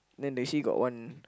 then Daisy got one